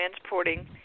transporting